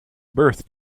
birth